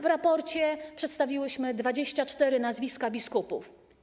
W raporcie przedstawiłyśmy 24 nazwiska biskupów.